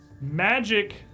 Magic